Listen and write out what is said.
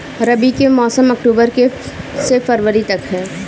रबी के मौसम अक्टूबर से फ़रवरी तक ह